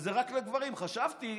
שזה רק לגברים חשבתי